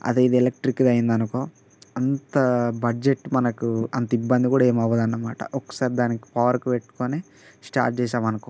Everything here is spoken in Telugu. అదే ఇది ఎలక్ట్రిక్ది అయింది అనుకో అంత బడ్జెట్ మనకు అంత ఇబ్బంది కూడా ఏమి అవ్వదన్నమాట ఒకసారి దానికి పవర్కి పెట్టుకుని స్టార్ట్ చేసాం అనుకో